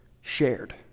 shared